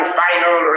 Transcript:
final